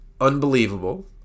unbelievable